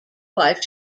wife